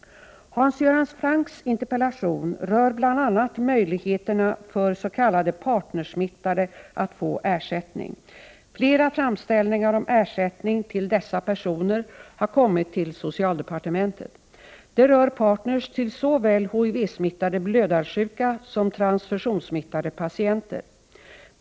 Hans Göran Francks interpellation rör bl.a. möjligheterna för s.k. partnersmittade att få ersättning. Flera framställningar om ersättning till dessa personer har kommit in till socialdepartementet. Det rör partner till såväl HIV-smittade blödarsjuka som transfusionssmittade patienter.